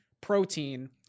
protein